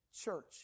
church